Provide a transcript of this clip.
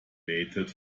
waited